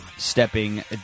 stepping